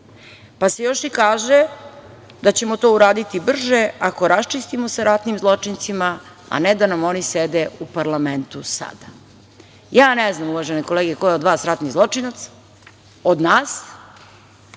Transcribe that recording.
Pa se još i kaže da ćemo to uraditi brže ako raščistimo sa ratnim zločincima, a ne da nam oni sede u parlamentu sada. Ja ne znam, uvažene kolege, ko je od vas ratni zločinac, od nas,